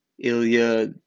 Ilya